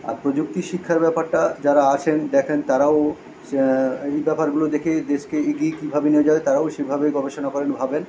আর প্রযুক্তি শিক্ষার ব্যাপারটা যারা আছেন দেখেন তারাও এই ব্যাপারগুলো দেখে দেশকে এগিয়ে কীভাবে নিয়ে যাবে তারাও সেভাবে গবেষণা করেন ভাবেন